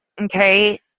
okay